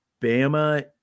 Bama